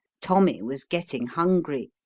tommy was getting hungry,